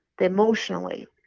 emotionally